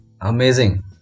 Amazing